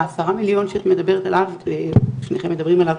עשרה מיליון, ששניכם מדברים עליו,